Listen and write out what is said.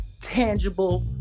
tangible